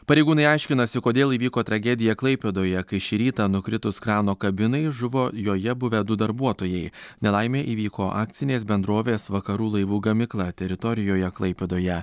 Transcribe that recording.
pareigūnai aiškinasi kodėl įvyko tragedija klaipėdoje kai šį rytą nukritus krano kabinai žuvo joje buvę du darbuotojai nelaimė įvyko akcinės bendrovės vakarų laivų gamykla teritorijoje klaipėdoje